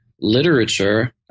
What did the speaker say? literature